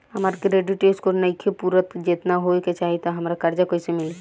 हमार credit score नईखे पूरत जेतना होए के चाही त हमरा कर्जा कैसे मिली?